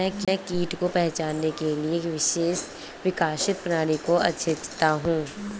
मैं कीट को पहचानने के लिए विकसित प्रणाली का अध्येता हूँ